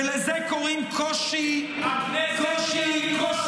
ולזה קוראים "קושי יישומי".